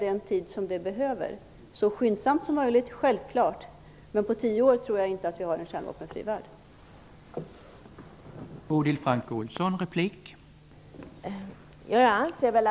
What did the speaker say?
Det skall självklart ske så skyndsamt som möjligt, men jag tror inte att vi har en kärnvapenfri värld inom tio år.